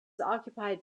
occupied